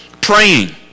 praying